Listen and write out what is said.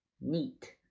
neat